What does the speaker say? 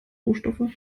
rohstoffe